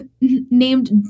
named